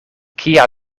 kia